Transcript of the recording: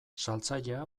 saltzailea